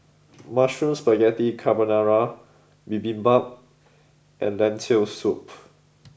mushroom Spaghetti Carbonara Bibimbap and Lentil soup